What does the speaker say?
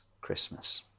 Christmas